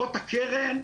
זאת הקרן.